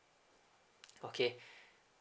okay